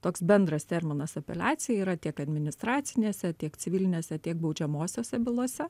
toks bendras terminas apeliacija yra tiek administracinėse tiek civilinėse tiek baudžiamosiose bylose